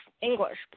English